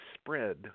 spread